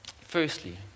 firstly